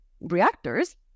reactors